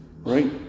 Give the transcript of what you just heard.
Right